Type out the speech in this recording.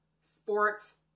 sports